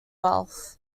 wealth